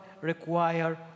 require